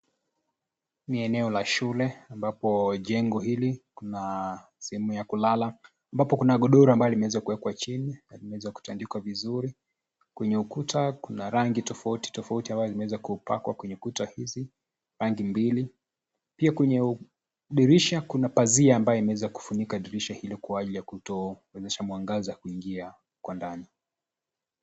Ni eneo la shule ambapo jengo hili kuna sehemu ya kulala, ambapo kuna godoro limeweza kuwekwa chini na limeza kutandazwa vizuri. kwenye ukuta kuna rangi tofauti tofauti ambazo zimeweza kupakwa kwenye ukuta hizi, rangi mbili. Pia kwenye dirisha kuna pazia ambayo imeweza kufunika dirisha hiyo kwa ajili ya kutowezesha mwangaza kuingia kwa ndani.